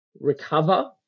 recover